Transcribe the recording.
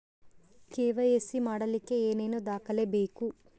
KYC ಮಾಡಲಿಕ್ಕೆ ಏನೇನು ದಾಖಲೆಬೇಕು?